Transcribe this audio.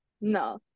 no